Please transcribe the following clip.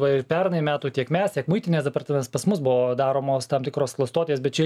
va ir pernai metų tiek mes tiek muitinės departamentas pas mus buvo daromos tam tikros klastotės bet čia